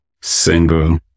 single